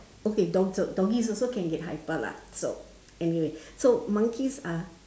okay dogs doggies also can get hyper lah so anyway monkeys are